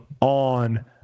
on